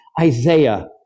Isaiah